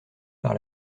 par